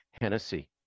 Hennessy